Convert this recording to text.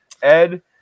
ed